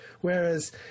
Whereas